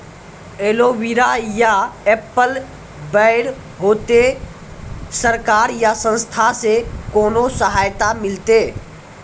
Aloe vera या apple बैर होते? सरकार या संस्था से कोनो सहायता मिलते?